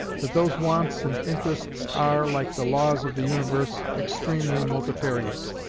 but those wants and interests are, like the laws of the universe, extremely multifarious,